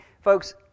Folks